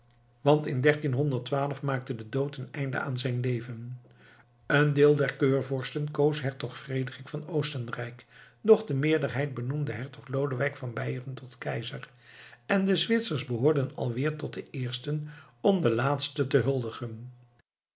want in maakte de dood een einde aan zijn leven een deel der keurvorsten koos hertog frederik van oostenrijk doch de meerderheid benoemde hertog lodewijk van beieren tot keizer en de zwitsers behoorden alweer tot de eersten om den laatste te huldigen